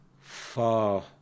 far